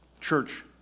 Church